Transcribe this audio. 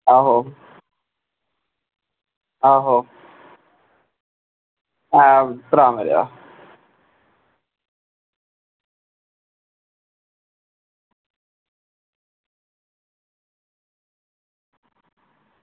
आहो आहो आं भ्राऽ मेरेआ